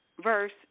verse